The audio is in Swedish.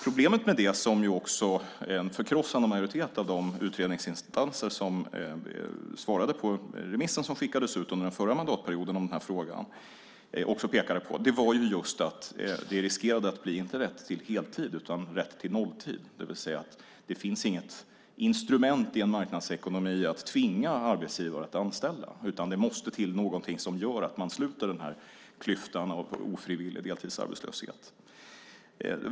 Problemet med det - vilket också en förkrossande del av de instanser som svarade på den remiss om detta som skickades ut under den förra mandatperioden också pekade på - är just att det riskerade att bli rätt till nolltid i stället för rätt till heltid. Det finns inget instrument i en marknadsekonomi för att tvinga arbetsgivare att anställa. Det måste till något som gör att man sluter klyftan av ofrivillig deltidsarbetslöshet.